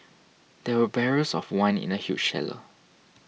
there were barrels of wine in the huge cellar